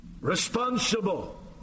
responsible